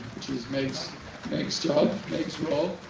which is meg's meg's job. meg's role.